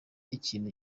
ikintu